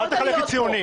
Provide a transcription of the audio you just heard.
ואל תחלק לי ציונים.